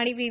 आणि व्ही